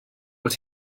wyt